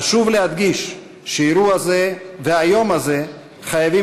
חשוב להדגיש שאירוע זה והיום הזה חייבים